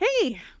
Hey